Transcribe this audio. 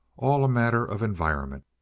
all a matter of environment.